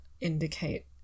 indicate